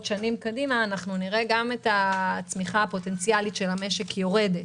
שנים קדימה אנחנו נראה גם את הצמיחה הפוטנציאלית של המשק יורדת.